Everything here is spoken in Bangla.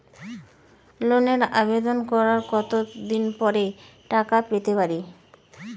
লোনের আবেদন করার কত দিন পরে টাকা পেতে পারি?